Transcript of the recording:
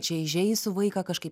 čia įžeisiu vaiką kažkaip